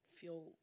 feel